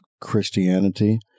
Christianity